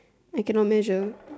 I cannot measure